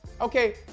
Okay